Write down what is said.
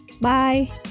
Bye